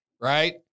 right